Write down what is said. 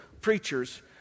preachers